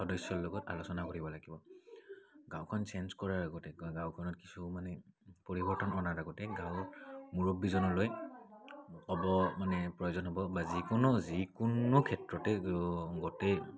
সদস্যৰ লগত আলোচনা কৰিব লাগিব গাঁওখন চেঞ্জ কৰাৰ আগতে গাঁওখনত কিছু মানে পৰিৱৰ্তন অনাৰ আগতে গাঁৱত মুৰব্বীজনলৈ ক'ব মানে প্ৰয়োজন হ'ব বা যিকোনো যিকোনো ক্ষেত্ৰতেই গোটেই